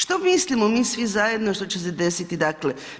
Što mislimo mi svi zajedno što će se desiti dakle?